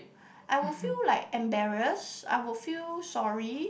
I would feel like embarrassed I would feel sorry